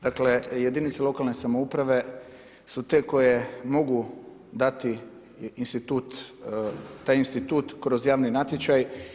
Dakle, jedinice lokalne samouprave su te koje mogu dati institut, taj institut kroz javni natječaj.